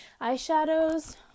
eyeshadows